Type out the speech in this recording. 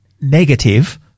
negative